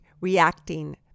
reacting